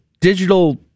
digital